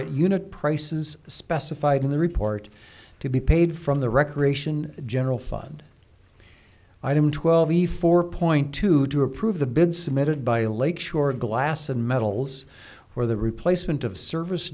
at unit prices specified in the report to be paid from the recreation general fund item twelve four point two to approve the bid submitted by a lake shore glasson metals where the replacement of service